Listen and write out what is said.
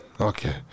Okay